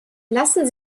lassen